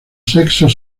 sexos